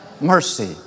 mercy